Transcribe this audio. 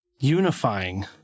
unifying